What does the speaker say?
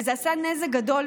וזה עשה נזק גדול,